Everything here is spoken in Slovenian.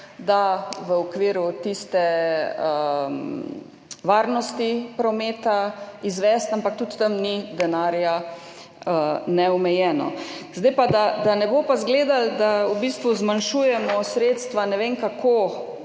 da v okviru tiste varnosti prometa izvesti, ampak tudi tam ni denarja neomejeno. Da pa ne bo izgledalo, da v bistvu zmanjšujemo sredstva ne vem kako